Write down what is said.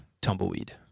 Tumbleweed